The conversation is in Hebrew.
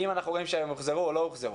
אם אנחנו רואים שהם הוחזרו או לא הוחזרו.